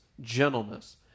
Gentleness